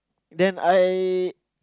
then I